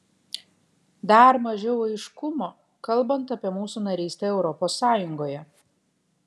dar mažiau aiškumo kalbant apie mūsų narystę europos sąjungoje